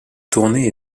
tournée